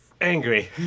angry